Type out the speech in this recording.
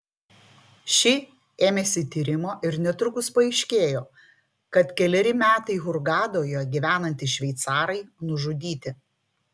ši ėmėsi tyrimo ir netrukus paaiškėjo kad keleri metai hurgadoje gyvenantys šveicarai nužudyti